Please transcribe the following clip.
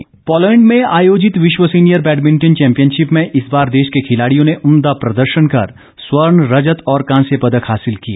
badminton Poland में आयोजित विश्व सीनियर बैडमिंटन चैम्पियनशिप में इस बार देश के रिवलाड़ियों ने उमदा प्रदर्शन कर स्वर्ण रजत और कांस्य पदक हासिल किए